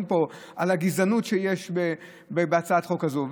פה על הגזענות שיש בהצעת החוק הזו.